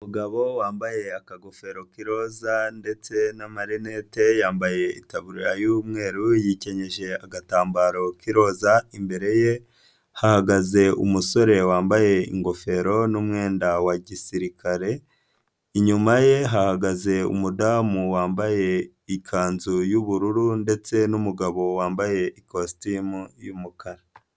Umugabo wambaye akagofero k'iroza ndetse na marinete yambaye itaburiya y'umweru yikenyeje agatambaro k'iroza, imbere ye hagaze umusore wambaye ingofero n'umwenda wa gisirikare, inyuma ye hagaze umudamu wambaye ikanzu y'ubururu ndetse n'umugabo wambaye ikositimu y'umukara.